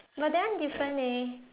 but that one different eh